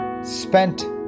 spent